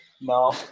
No